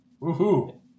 Woohoo